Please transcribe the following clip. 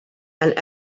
and